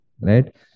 Right